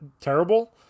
terrible